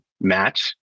match